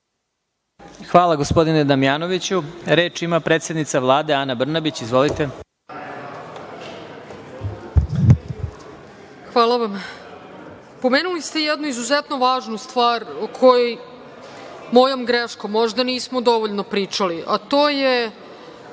Hvala, gospodine Damjanoviću. Reč ima predsednica Vlade Ana Brnabić. Izvolite. **Ana Brnabić** Hvala vam. Pomenuli ste jednu izuzetno važnu stvar o kojoj mojom greškom, možda, nismo dovoljno pričali, a to je